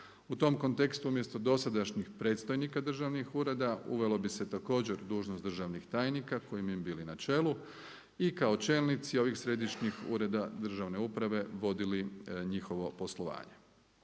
U tom kontekstu umjesto dosadašnjih predstojnika državni ureda uvelo bi se također dužnost državnih tajnika koji bi im bili na čelu i kao čelnici ovih središnjih ureda državne uprave vodili njihovo poslovanje.